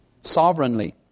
Sovereignly